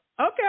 Okay